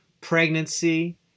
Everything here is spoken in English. pregnancy